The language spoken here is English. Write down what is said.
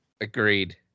agreed